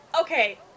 Okay